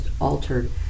altered